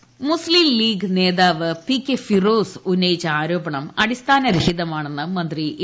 K Balan Muslim League നേതാവ് പി കെ ഫിറോസ് ഉന്നയിച്ച ആരോപണം അടിസ്ഥാന രഹിതമാണെന്ന് മന്ത്രി എ